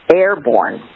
airborne